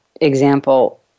example